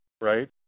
right